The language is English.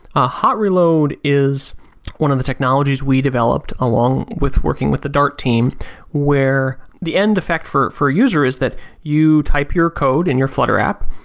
a hot reload is one of the technologies we developed along with working with the dart team where the end effect for for user is that you type your code and your flutter app,